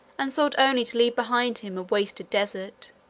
and sought only to leave behind him a wasted desert,